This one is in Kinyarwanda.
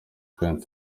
kandi